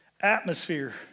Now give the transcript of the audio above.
atmosphere